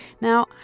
Now